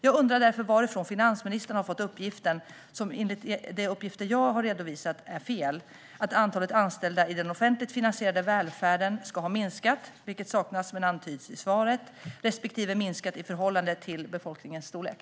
Jag undrar därför varifrån finansministern har fått uppgiften, som enligt de uppgifter jag har redovisat är fel, att antalet anställda i den offentligt finansierade välfärden ska ha minskat - vilket saknas men antyds i svaret - respektive minskat i förhållande till befolkningens storlek.